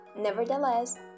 Nevertheless